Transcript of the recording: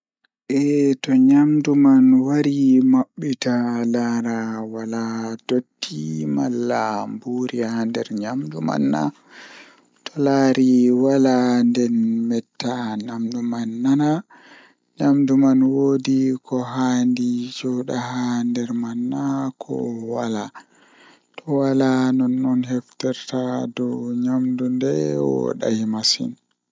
Fijide mi burda yidugo kanjum woni ballon bedon wiya dum football malla soccer be turankoore nden fijirde man beldum masin nden himbe dubbe don yidi halla man.